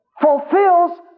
fulfills